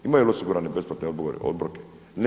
Imaju li osigurane besplatne obroke?